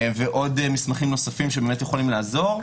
ועוד מסמכים נוספים שיכולים לעזור.